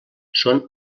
són